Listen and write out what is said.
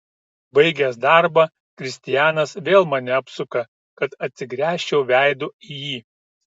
baigęs darbą kristianas vėl mane apsuka kad atsigręžčiau veidu į jį